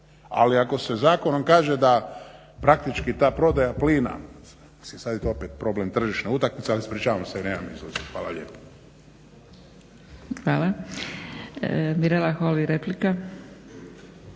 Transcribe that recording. Ali ako se zakonom kaže da praktički ta prodaja plina, sad je to opet problem tržišne utakmice, ali ispričavam se nemam …. Hvala lijepo. **Zgrebec, Dragica